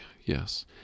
yes